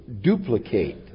duplicate